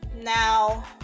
now